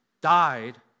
died